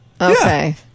Okay